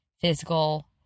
physical